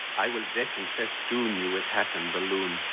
i will deck and festoon you with hat and balloon,